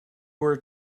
were